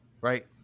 Right